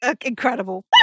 Incredible